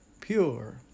pure